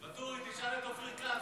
ואטורי, תשאל את אופיר כץ.